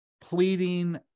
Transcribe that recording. pleading